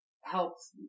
helps